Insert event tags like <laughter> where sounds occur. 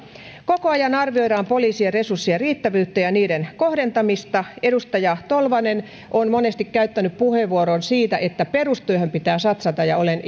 koko ajan arvioidaan poliisin resurssien riittävyyttä ja niiden kohdentamista edustaja tolvanen on monesti käyttänyt puheenvuoron siitä että perustyöhön pitää satsata ja olen <unintelligible>